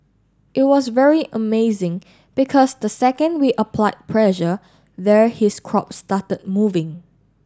it was very amazing because the second we applied pressure there his crop started moving